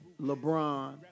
LeBron